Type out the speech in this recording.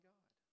God